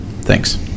thanks